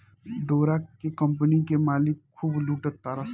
डोरा के कम्पनी के मालिक खूब लूटा तारसन